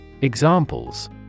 Examples